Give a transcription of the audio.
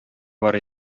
бар